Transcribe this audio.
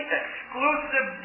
exclusive